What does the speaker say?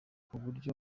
kuburyo